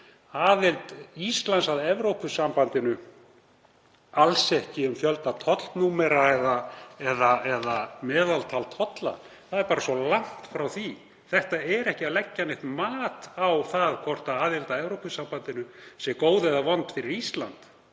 snýst aðild Íslands að Evrópusambandinu alls ekki um fjölda tollnúmera eða meðaltal tolla. Það er bara svo langt frá því. Það er ekki verið að leggja neitt mat á það hvort aðild að Evrópusambandinu sé góð eða vond fyrir Ísland,